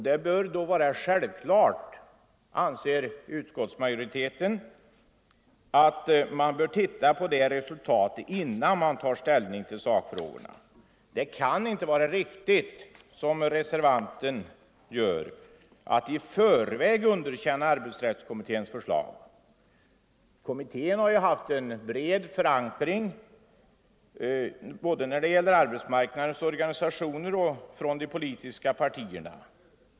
Det är självklart, anser utskottsmajoriteten, att man bör titta på det resultatet innan man tar ställning till sakfrågorna. Det kan inte vara riktigt att, som reservanten gör, i förväg underkänna arbetsrättskommitténs förslag. Kommittén har ju haft en bred förankring hos både arbetsmarknadens organisationer och de politiska partierna.